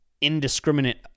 indiscriminate